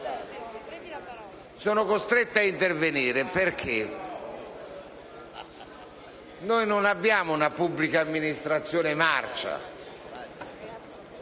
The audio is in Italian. Sono costretto ad intervenire perché non abbiamo una pubblica amministrazione marcia.